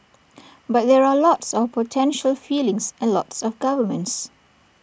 but there are lots of potential feelings and lots of governments